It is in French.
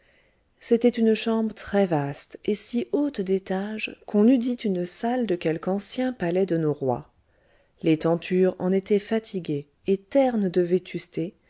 c'était une chambre très vaste et si haute d'étage qu'on eût dit une salle de quelque ancien palais de nos rois les tentures en étaient fatiguées et ternes de vétusté